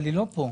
אבל היא לא כאן.